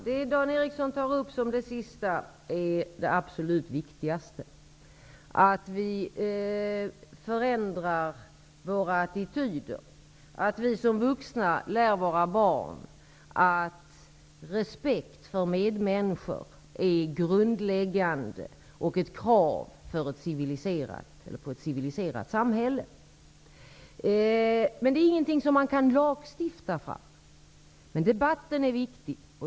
Herr talman! Det sista Dan Ericsson i Kolmården tar upp är det absolut viktigaste. Det gäller att vi förändrar våra attityder, att vi som vuxna lär våra barn att respekt för medmänniskor är grundläggande och ett krav i ett civiliserat samhälle. Detta är emellertid inte något man kan lagstifta fram, men debatten är ändå viktig.